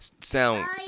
sound